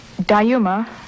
Dayuma